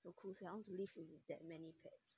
so cool sia I want to live with that many pets